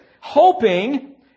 hoping